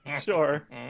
sure